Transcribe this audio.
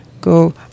go